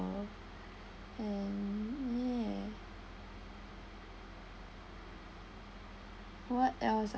and me and what else ah